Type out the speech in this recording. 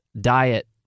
diet